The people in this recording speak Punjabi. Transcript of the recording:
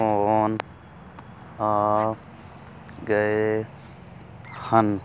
ਫੋਨ ਆ ਗਏ ਹਨ